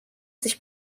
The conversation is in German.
sich